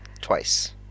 twice